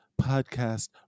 podcast